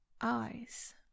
eyes